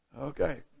Okay